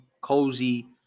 cozy